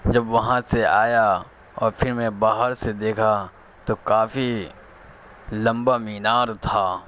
جب وہاں سے آیا اور پھر میں باہر سے دیکھا تو کافی لمبا مینار تھا